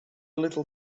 little